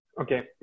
Okay